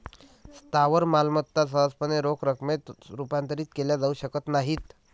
स्थावर मालमत्ता सहजपणे रोख रकमेत रूपांतरित केल्या जाऊ शकत नाहीत